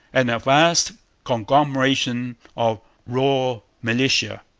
and a vast conglomeration of raw militia.